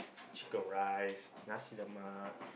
chicken-rice Nasi-Lemak